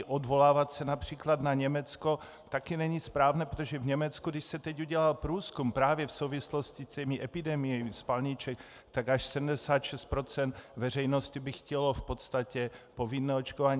Odvolávat se například na Německo taky není správné, protože v Německu, když se teď udělal průzkum právě v souvislosti s epidemiemi spalniček, tak až 76 % veřejnosti by chtělo v podstatě povinné očkování.